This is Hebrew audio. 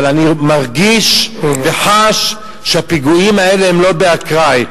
אבל אני מרגיש וחש שהפיגועים האלה הם לא באקראי,